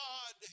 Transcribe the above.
God